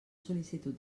sol·licitud